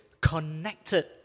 connected